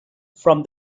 from